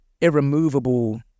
irremovable